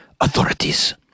authorities